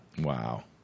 Wow